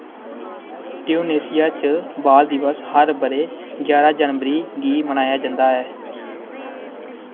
Tunisia च बाल दिवस हर ब'रे ग्यारा जनवरी गी मनाया जंदा ऐ